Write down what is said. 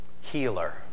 healer